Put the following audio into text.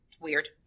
Weird